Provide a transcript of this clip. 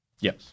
Yes